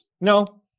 no